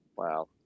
Wow